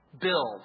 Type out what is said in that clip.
build